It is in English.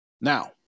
now